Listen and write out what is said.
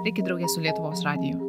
likit drauge su lietuvos radiju